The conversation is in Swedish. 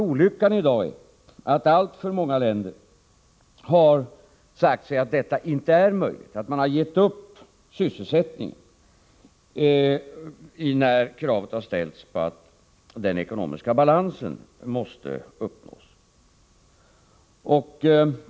Olyckan i dag är att alltför många länder har sagt sig att detta inte är möjligt. De har gett upp sysselsättningsmålet när krav ställts på att den ekonomiska balansen måste uppnås.